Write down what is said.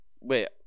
Wait